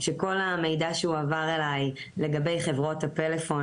שכל המידע שהועבר אליי לגבי חברות הפלאפון